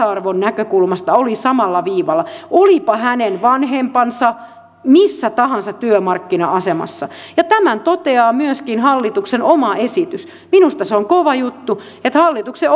arvon näkökulmasta oli samalla viivalla olivatpa hänen vanhempansa missä tahansa työmarkkina asemassa ja tämän toteaa myöskin hallituksen oma esitys minusta se on kova juttu että hallituksen